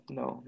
no